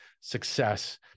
success